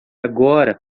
agora